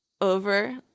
over